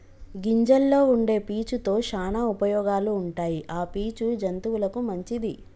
గింజల్లో వుండే పీచు తో శానా ఉపయోగాలు ఉంటాయి ఆ పీచు జంతువులకు మంచిది